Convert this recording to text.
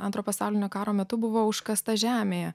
antro pasaulinio karo metu buvo užkasta žemėje